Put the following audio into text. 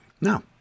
No